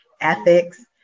ethics